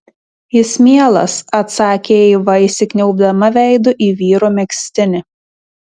jis mielas atsakė eiva įsikniaubdama veidu į vyro megztinį